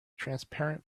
transparent